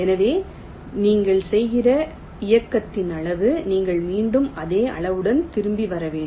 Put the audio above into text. எனவே நீங்கள் செய்கிற இயக்கத்தின் அளவு நீங்கள் மீண்டும் அதே அளவுடன் திரும்பி வர வேண்டும்